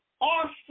awesome